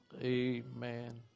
Amen